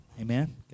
Amen